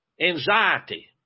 anxiety